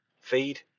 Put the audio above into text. feed